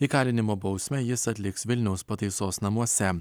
įkalinimo bausmę jis atliks vilniaus pataisos namuose